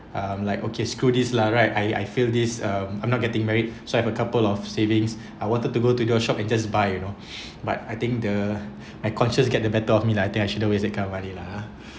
um like okay screw this lah right I I feel this um I'm not getting married so I have a couple of savings I wanted to go to the shop and just buy you know but I think the unconscious get the better of me like I think I shouldn't waste that kind of money lah